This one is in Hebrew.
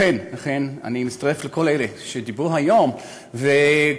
לכן אני מצטרף לכל אלה שדיברו היום וקוראים